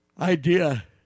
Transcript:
idea